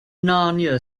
narnia